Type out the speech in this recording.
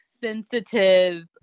sensitive